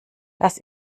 das